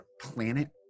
planet